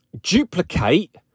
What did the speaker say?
duplicate